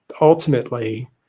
ultimately